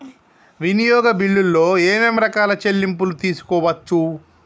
వినియోగ బిల్లులు ఏమేం రకాల చెల్లింపులు తీసుకోవచ్చు?